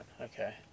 okay